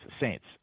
Saints